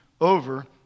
over